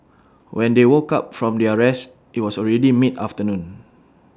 when they woke up from their rest IT was already mid afternoon